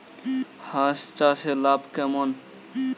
হাঁস চাষে লাভ কেমন?